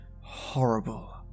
Horrible